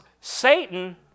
Satan